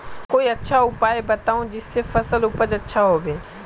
कोई अच्छा उपाय बताऊं जिससे फसल उपज अच्छा होबे